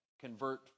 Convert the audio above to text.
convert